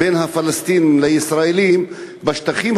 בין הפלסטינים לישראלים נהרגו בשטחים